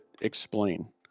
explain